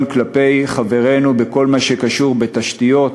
כלפי חברינו בכל מה שקשור בתשתיות,